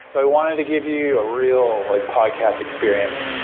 i wanted to give you a real like podcast experience.